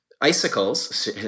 icicles